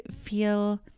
feel